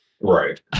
right